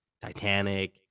Titanic